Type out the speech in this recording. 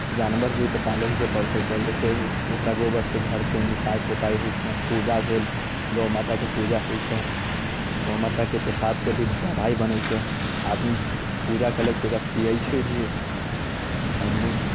आओर जानवर भी तऽ पालैके ही पड़तै पहिले ओकरा गोबरसँ घरके निपाइ पोताइ होइ छै पूजा होल गौ माताके पूजा होइछै गौ माताके पेसाबसँ भी दबाइ बनै छै आदमी पूजा कैलक तऽ ओकरा पियै छै भी आदमी